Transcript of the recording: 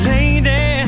Lady